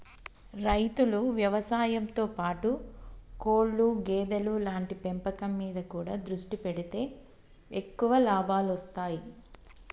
రైతులు వ్యవసాయం తో పాటు కోళ్లు గేదెలు లాంటి పెంపకం మీద కూడా దృష్టి పెడితే ఎక్కువ లాభాలొస్తాయ్